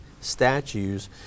statues